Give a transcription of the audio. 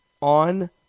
on